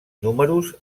números